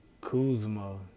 Kuzma